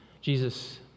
Jesus